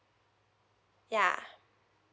ya